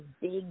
big